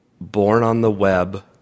born-on-the-web